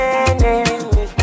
enemy